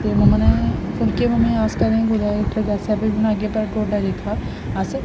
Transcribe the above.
ते मम्मा ने फुलके अस कदें कुदै हीटर गैसे पर बनाह्गे पर टोडा जेह्का अस